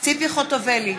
ציפי חוטובלי,